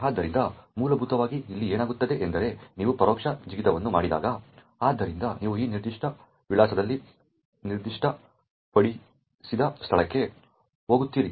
ಆದ್ದರಿಂದ ಮೂಲಭೂತವಾಗಿ ಇಲ್ಲಿ ಏನಾಗುತ್ತದೆ ಎಂದರೆ ನೀವು ಪರೋಕ್ಷ ಜಿಗಿತವನ್ನು ಮಾಡಿದಾಗ ನೀವು ಈ ನಿರ್ದಿಷ್ಟ ವಿಳಾಸದಲ್ಲಿ ನಿರ್ದಿಷ್ಟಪಡಿಸಿದ ಸ್ಥಳಕ್ಕೆ ಹೋಗುತ್ತೀರಿ